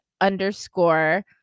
underscore